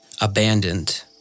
abandoned